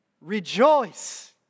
rejoice